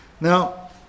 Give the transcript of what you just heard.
Now